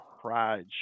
pride